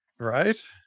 Right